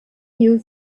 you